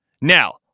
Now